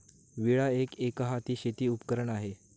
विळा एक, एकहाती शेती उपकरण आहे